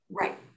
Right